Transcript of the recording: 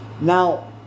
Now